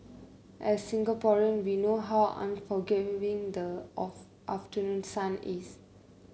as Singaporean we know how unforgiving the of afternoon sun is